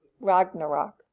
Ragnarok